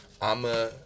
I'ma